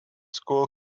school